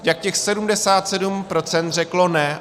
Jak těch 77 % řeklo ne?